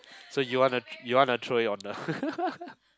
so you want to you want to throw it on the